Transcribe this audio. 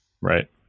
right